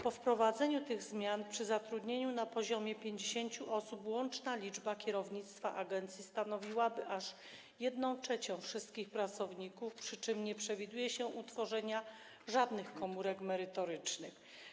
Po wprowadzeniu tych zmian przy zatrudnieniu na poziomie 50 osób łączna liczba kierownictwa agencji stanowiłaby aż 1/3 wszystkich pracowników, przy czym nie przewiduje się utworzenia żadnych komórek merytorycznych.